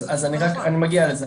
אז אני מגיע לזה,